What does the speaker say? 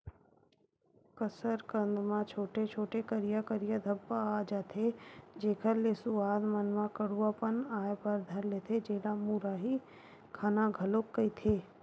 कसरकंद म छोटे छोटे, करिया करिया धब्बा आ जथे, जेखर ले सुवाद मन म कडुआ पन आय बर धर लेथे, जेला मुरही खाना घलोक कहिथे